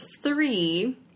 three